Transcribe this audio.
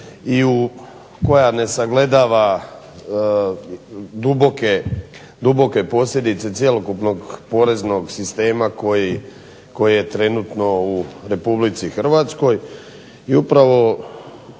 u koja ne sagledava duboke posljedice cjelokupnog poreznog sistema koje je trenutno u Republici Hrvatskoj,